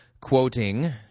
quoting